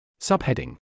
Subheading